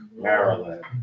Maryland